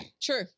true